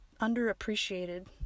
underappreciated